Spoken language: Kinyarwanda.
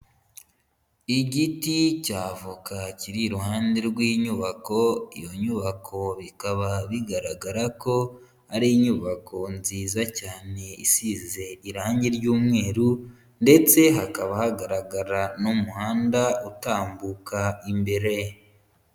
Igiti cya voka kiri iruhande rw'inyubako, iyo nyubako bikaba bigaragara ko ari inyubako nziza cyane isize irangi ry'umweru ndetse hakaba hagaragara n'umuhanda utambuka imbere.